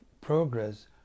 progress